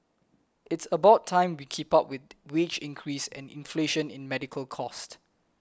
it's about time we keep up with wage increase and inflation in medical cost